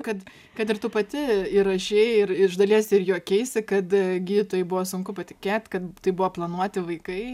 kad kad ir tu pati ir rašei ir iš dalies ir juokeisi kad gydytojai buvo sunku patikėt kad tai buvo planuoti vaikai